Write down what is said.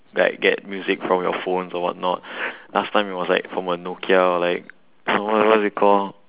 like get music from your phones or whatnot last time it was from a nokia or like what what what was it called